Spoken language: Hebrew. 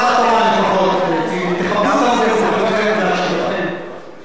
ותכבדו גם זה את, בבקשה.